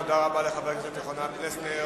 תודה רבה לחבר הכנסת יוחנן פלסנר.